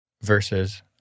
versus